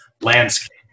landscape